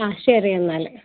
ആ ശരി എന്നാൽ